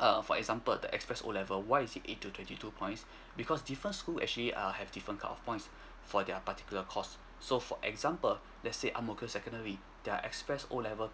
err for example the express O level why is it eight to twenty two points because different school actually err have different cut of points for their particular coours so for example let's say ang mo kio secondary their express O level